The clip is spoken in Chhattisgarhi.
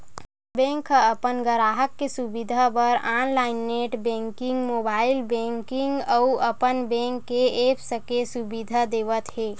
बेंक ह अपन गराहक के सुबिधा बर online net banking, mobile banking अउ अपन बेंक के ऐप्स के सुबिधा देवत हे